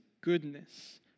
goodness